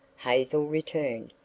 hazel returned.